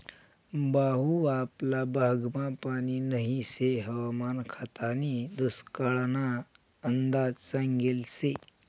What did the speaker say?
भाऊ आपला भागमा पानी नही शे हवामान खातानी दुष्काळना अंदाज सांगेल शे